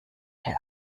herr